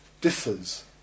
differs